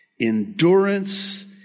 endurance